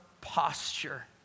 posture